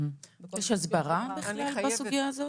יש הסברה בכלל בסוגיה הזאת?